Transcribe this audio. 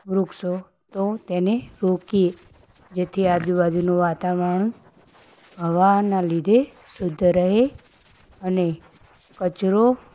વૃક્ષો તો તેને રોકીએ જેથી આજુબાજુનું વાતાવરણ હવાના લીધે શુદ્ધ રહે અને કચરો